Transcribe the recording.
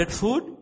food